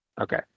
Okay